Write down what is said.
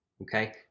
Okay